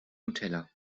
nutella